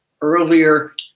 earlier